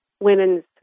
women's